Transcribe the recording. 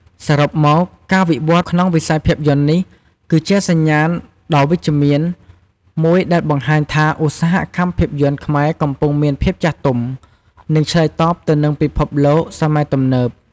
សរុបមក ការវិវត្តន៍ក្នុងវិស័យភាពយន្ដនេះគឺជាសញ្ញាណដ៏វិជ្ជមានមួយដែលបង្ហាញថា ឧស្សាហកម្មភាពយន្តខ្មែរកំពុងមានភាពចាស់ទុំ និងឆ្លើយតបទៅនឹងពិភពលោកសម័យទំនើប។